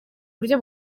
buryo